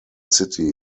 city